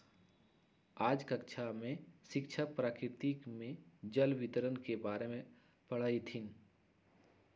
आज कक्षा में शिक्षक प्रकृति में जल वितरण के बारे में पढ़ईथीन